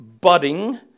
budding